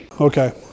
Okay